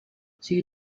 zie